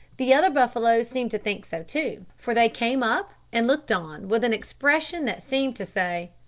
the other buffaloes seemed to think so too, for they came up and looked, on with an expression that seemed to say,